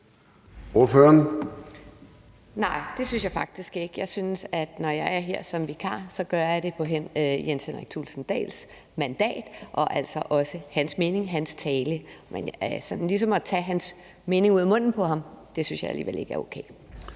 Nej, det synes jeg faktisk ikke. Jeg synes, at når jeg er her som vikar, så gør jeg det på hr. Jens Henrik Thulesen Dahls mandat og formidler altså også hans mening og hans tale, men ligesom at tage hans mening ud af munden på ham synes jeg alligevel ikke er okay.